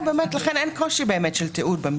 לכן במקרה הזה אין באמת קושי של תיעוד.